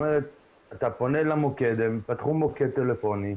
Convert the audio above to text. אתה פונה למוקד, הם פתחו מוקד טלפוני,